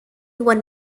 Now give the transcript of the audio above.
one